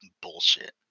bullshit